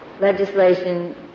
legislation